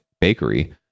bakery